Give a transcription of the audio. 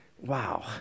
Wow